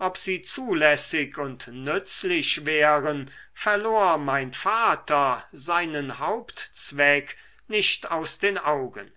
ob sie zulässig und nützlich wären verlor mein vater seinen hauptzweck nicht aus den augen